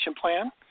plan